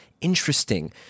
interesting